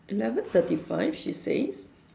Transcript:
eleven thirty five she says